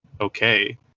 okay